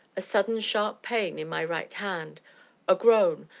a sudden sharp pain in my right hand a groan,